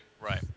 right